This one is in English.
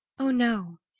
oh, no,